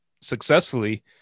successfully